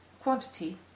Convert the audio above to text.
quantity